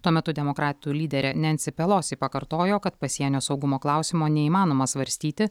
tuo metu demokratų lyderė nensė pelosi pakartojo kad pasienio saugumo klausimo neįmanoma svarstyti